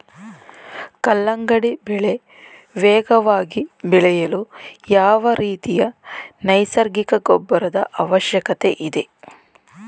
ಕಲ್ಲಂಗಡಿ ಬೆಳೆ ವೇಗವಾಗಿ ಬೆಳೆಯಲು ಯಾವ ರೀತಿಯ ನೈಸರ್ಗಿಕ ಗೊಬ್ಬರದ ಅವಶ್ಯಕತೆ ಇದೆ?